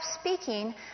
speaking